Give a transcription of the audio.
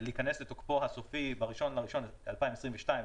להיכנס לתוקפו הסופי ב-1 בינואר 2022,